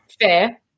Fair